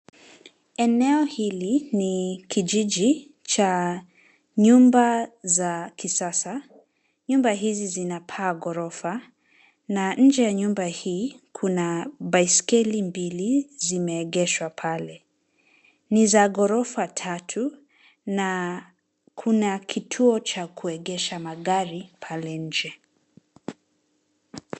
Eneo hili ni kijiji cha nyumba za kisasa. Nyumba hizi zinapaa ghorofa na nje ya nyumba hii kuna baisikeli mbili zimeegeshwa pale. Ni za ghorofa tatu na kuna kituo cha kuegesha magari pale nje.